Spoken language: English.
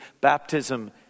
baptism